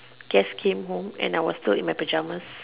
guests came home and I was still in my pajamas